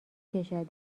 کشد